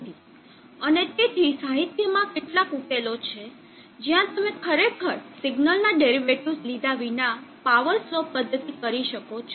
અને તેથી સાહિત્યમાં કેટલાક ઉકેલો છે જ્યાં તમે ખરેખર સિગ્નલના ડેરિવેટિવ્ઝ લીધા વિના પાવર સ્લોપ પદ્ધતિ કરી શકો છો